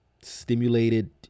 stimulated